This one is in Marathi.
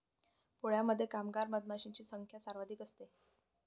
पोळ्यामध्ये कामगार मधमाशांची संख्या सर्वाधिक असते